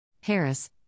Harris